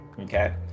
okay